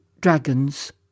dragons